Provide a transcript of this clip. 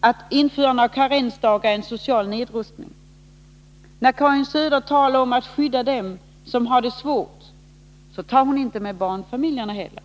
att ett införande av karensdagar är en social nedrustning. När Karin Söder talar om att skydda dem som har det svårt, då tar hon inte heller med barnfamiljerna.